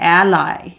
ally